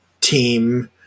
team